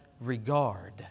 regard